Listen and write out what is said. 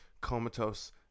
Comatose